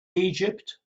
egypt